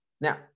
Now